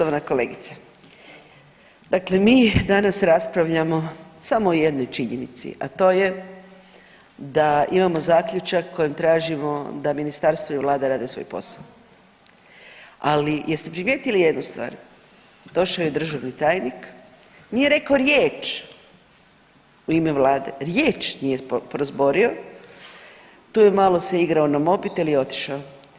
Poštovana kolegice, dakle mi danas raspravljamo samo o jednoj činjenici, a to je da imamo zaključak kojim tražimo da ministarstvo i vlada traže svoj posao, ali jeste primijetili jednu stvar, došao je državni tajnik, nije rekao riječ u ime vlade, riječ nije prozborio, tu je malo se igrao na mobitel i otišao.